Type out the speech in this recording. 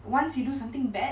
once you do something bad